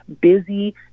busy